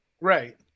Right